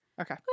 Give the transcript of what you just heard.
Okay